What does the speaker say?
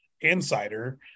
insider